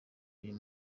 uyu